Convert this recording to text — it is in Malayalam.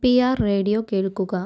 എൻ പി ആർ റേഡിയോ കേൾക്കുക